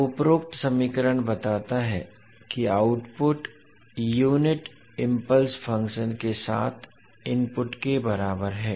अब उपरोक्त समीकरण बताता है कि आउटपुट यूनिट इम्पल्स फ़ंक्शन के साथ इनपुट के बराबर है